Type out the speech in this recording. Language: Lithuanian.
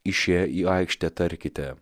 išėję į aikštę tarkite